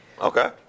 Okay